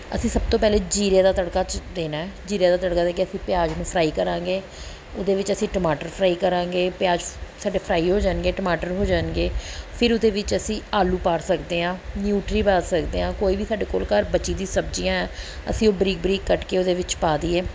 ਅਸੀਂ ਸਭ ਤੋਂ ਪਹਿਲਾਂ ਜ਼ੀਰੇ ਦਾ ਤੜਕਾ ਦੇਣਾ ਜ਼ੀਰੇ ਦਾ ਤੜਕਾ ਦੇ ਕੇ ਅਸੀਂ ਪਿਆਜ ਨੂੰ ਫਰਾਈ ਕਰਾਂਗੇ ਉਹਦੇ ਵਿੱਚ ਅਸੀਂ ਟਮਾਟਰ ਫਰਾਈ ਕਰਾਂਗੇ ਪਿਆਜ ਸਾਡੇ ਫਰਾਈ ਹੋ ਜਾਣਗੇ ਟਮਾਟਰ ਹੋ ਜਾਣਗੇ ਫਿਰ ਉਹਦੇ ਵਿੱਚ ਅਸੀਂ ਆਲੂ ਪਾ ਸਕਦੇ ਹਾਂ ਨਿਊਟਰੀ ਪਾ ਸਕਦੇ ਹਾਂ ਕੋਈ ਵੀ ਸਾਡੇ ਕੋਲ ਘਰ ਬਚੀ ਵੀ ਸਬਜ਼ੀਆਂ ਹੈ ਅਸੀਂ ਉਹ ਬਰੀਕ ਬਰੀਕ ਕੱਟ ਕੇ ਉਹਦੇ ਵਿੱਚ ਪਾ ਦੇਈਏ